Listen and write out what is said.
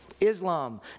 Islam